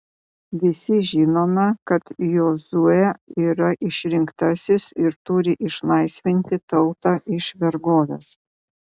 visi žinome kad jozuė yra išrinktasis ir turi išlaisvinti tautą iš vergovės